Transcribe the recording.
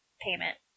payment